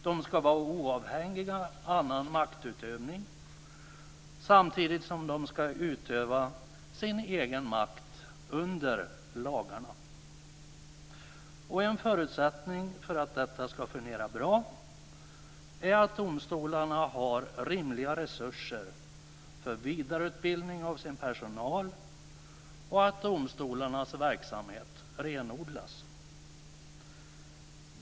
De ska vara oavhängiga annan maktutövning, samtidigt som de ska utöva sin egen makt under lagarna. En förutsättning för att detta ska fungera bra är att domstolarna har rimliga resurser för vidareutbildning av sin personal och att domstolarnas verksamhet renodlas.